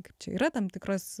kaip čia yra tam tikros